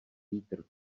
vítr